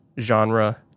genre